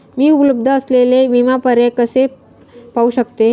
मी उपलब्ध असलेले विमा पर्याय कसे पाहू शकते?